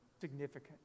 significant